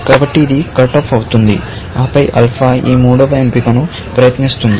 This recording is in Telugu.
కాబట్టి ఇది కట్ ఆఫ్ అవుతుంది ఆపై ఆల్ఫా ఈ మూడవ ఎంపికను ప్రయత్నిస్తుంది